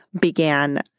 began